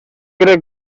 cree